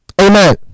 Amen